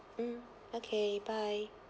mm okay bye